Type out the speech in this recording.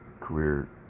career